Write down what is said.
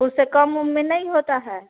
तो उससे कम उम में नहीं होता है